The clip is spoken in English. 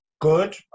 good